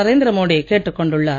நரேந்திர மோடி கேட்டுக் கொண்டுள்ளார்